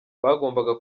bagombaga